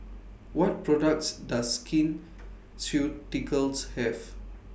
What products Does Skin Ceuticals Have